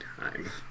time